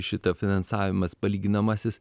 šitą finansavimas palyginamasis